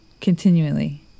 continually